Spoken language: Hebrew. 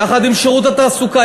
יחד עם שירות התעסוקה,